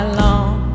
long